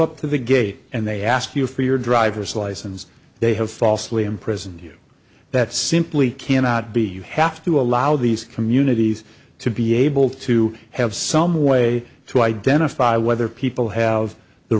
up to the gate and they ask you for your driver's license they have falsely imprisoned you that simply cannot be you have to allow these communities to be able to have some way to identify whether people have the